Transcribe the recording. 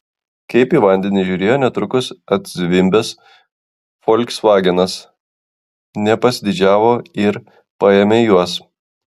kaip į vandenį žiūrėjo netrukus atzvimbęs folksvagenas nepasididžiavo ir paėmė juos